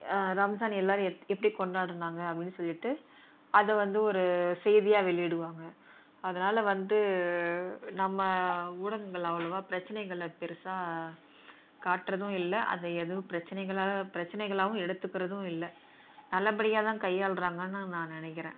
ரம்ஜான் எல்லோரும் எப்டி எப்படி கொண்டாடினாங்க அப்படின்னு சொல்லிவிட்டு அதை வந்து ஒரு செய்தியாக வெளியிடுவாங்க அதனால் வந்து நம்ம ஊடகங்கள் அவ்வளவா பிரச்சினைகளப் பெரிசா காட்டுறதும் இல்லை அதை எதுவும் பிரச்சனைகளாக பிரச்சனைகளாவும் எடுத்துக்கிறதும் இல்லை நல்லபடியாக தான் கையாள்கிறாங்கன்னு நான் நினைக்கிறேன்